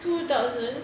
two thousand